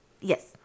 Yes